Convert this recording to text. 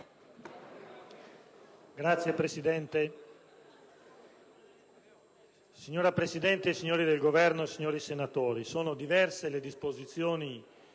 *(PD)*. Signora Presidente, signori del Governo, signori senatori, sono diverse le disposizioni